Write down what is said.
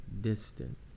distant